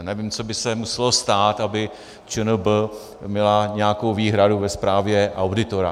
Nevím, co by se muselo stát, aby ČNB měla nějakou výhradu ve zprávě auditora.